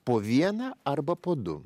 po vieną arba po du